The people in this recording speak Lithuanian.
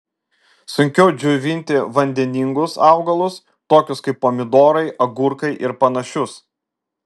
sunkiau džiovinti vandeningus augalus tokius kaip pomidorai agurkai ir panašius